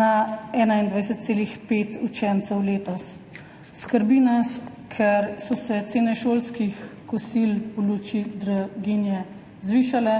na 21,5 % učencev letos. Skrbi nas, ker so se cene šolskih kosil v luči draginje zvišale